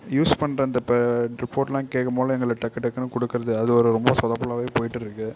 use பண்ணுற அந்த இப்போ ரிப்போர்ட்லாம் கேட்கும் மோது எங்களுக்கு டக்கு டக்குன்னு கொடுக்கறது அது ஒரு ரொம்ப சொதப்பலாகவே போயிட்டிருக்கு